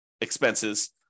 expenses